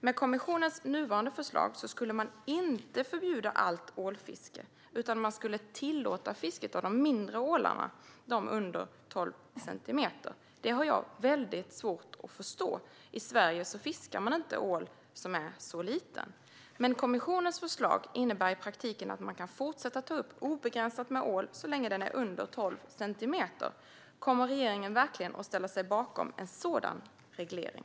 Med kommissionens nuvarande förslag skulle man inte förbjuda allt ålfiske utan man skulle tillåta fisket av de mindre ålarna, det vill säga de under tolv centimeter. Det har jag svårt att förstå. I Sverige fiskar man inte ål som är så liten. Kommissionens förslag innebär i praktiken att man kan fortsätta att ta upp obegränsat med ål så länge den är under tolv centimeter. Kommer regeringen verkligen att ställa sig bakom en sådan reglering?